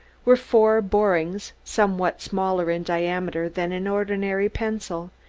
were four borings somewhat smaller in diameter than an ordinary pencil,